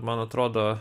man atrodo